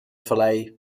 vallei